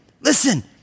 listen